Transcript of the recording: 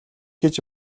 гэж